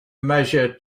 measure